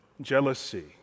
jealousy